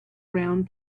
round